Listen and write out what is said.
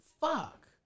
fuck